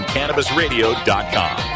CannabisRadio.com